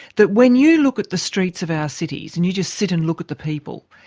that when you look at the streets of our cities and you just sit and look at the people,